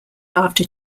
after